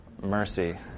mercy